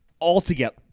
Altogether